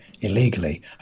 illegally